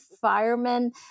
firemen